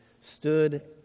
stood